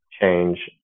change